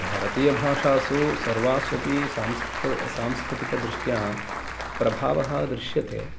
भारतीय भाषासु सर्वास्वपि सांस्कृ सांस्कृतिक दृष्टया प्रभावः दृश्यते